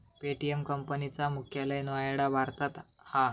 Paytm company चा मुख्यालय नोएडा भारतात हा